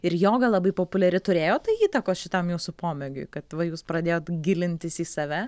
ir joga labai populiari turėjo tai įtakos šitam jūsų pomėgiui kad va jūs pradėjot gilintis į save